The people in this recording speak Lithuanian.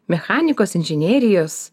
mechanikos inžinerijos